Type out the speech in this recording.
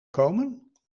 komen